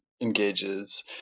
engages